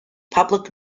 public